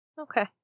Okay